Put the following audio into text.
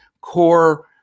core